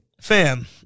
Fam